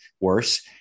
worse